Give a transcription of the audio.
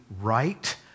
right